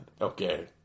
okay